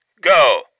go